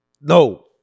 No